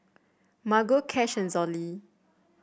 Margo Cash and Zollie